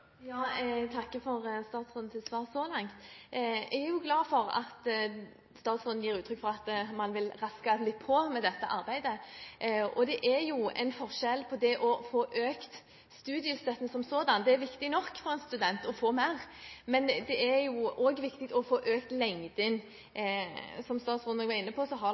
Jeg takker for statsrådens svar så langt. Jeg er jo glad for at statsråden gir uttrykk for at man vil raske litt på med dette arbeidet, og det er viktig nok for en student å få økt studiestøtten som sådan, men det er jo óg viktig å få økt lengden. Som statsråden også var inne på, har